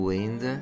Wind